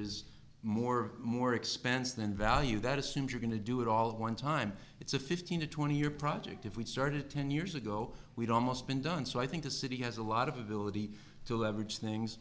is more more expense than value that assumes you're going to do it all at one time it's a fifteen to twenty year project if we started ten years ago we'd almost been done so i think the city has a lot of ability to leverage things